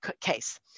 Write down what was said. case